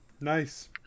Nice